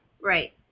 Right